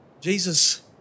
Jesus